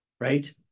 right